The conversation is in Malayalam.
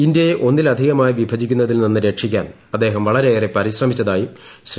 ഇന്ത്യയെ ഒന്നിലധികമായി വിഭജിക്കുന്നതിൽ നിന്ന് രക്ഷിക്കാൻ അദ്ദേഹം വളരെയേറെ പരിശ്രമിച്ചതായും ശ്രീ